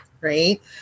right